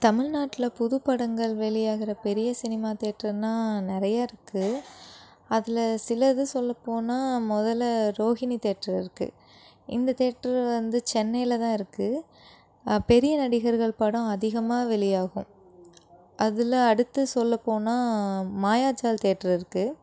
தமிழ்நாட்டில் புதுப்படங்கள் வெளியாகிற பெரிய சினிமா தேட்டர்னா நிறையா இருக்கு அதில் சிலது சொல்லப் போனால் முதல்ல ரோகிணி தேட்ரு இருக்கு இந்த தேட்ரு வந்து சென்னையில் தான் இருக்கு பெரிய நடிகர்கள் படம் அதிகமாக வெளியாகும் அதில் அடுத்து சொல்லப் போனால் மாயாஜால் தேட்ரு இருக்கு